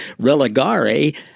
religare